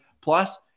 Plus